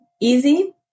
easy